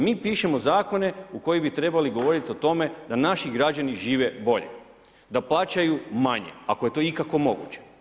Mi pišemo zakone koji bi trebali govoriti o tome da naši građani žive bolje, da plaćaju manje ako je to ikako moguće.